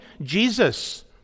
Jesus